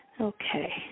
Okay